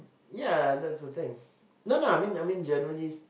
yeah that's the thing no no I mean I mean generally